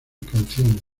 canciones